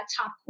top